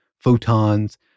Photons